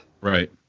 right